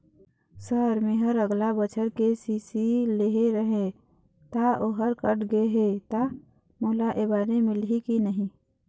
Sir मेहर अगले बछर के.सी.सी लेहे रहें ता ओहर कट गे हे ता मोला एबारी मिलही की नहीं?